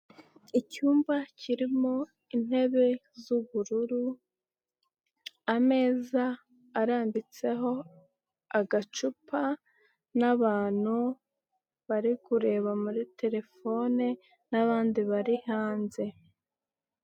Icyumba kirimo intebe z'ubururu, ameza arambitseho agacupa n'abantu bari kureba muri telefone n'abandi bari hanze.